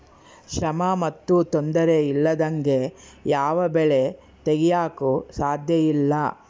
ಶ್ರಮ ಮತ್ತು ತೊಂದರೆ ಇಲ್ಲದಂಗೆ ಯಾವ ಬೆಳೆ ತೆಗೆಯಾಕೂ ಸಾಧ್ಯಇಲ್ಲ